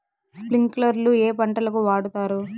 స్ప్రింక్లర్లు ఏ పంటలకు వాడుతారు?